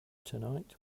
tonight